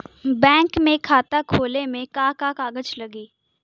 Bank में खाता खोले मे का का कागज लागी?